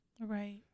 Right